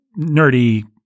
nerdy